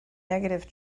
negative